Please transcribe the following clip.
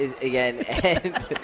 again